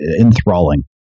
enthralling